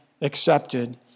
accepted